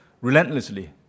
relentlessly